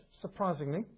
surprisingly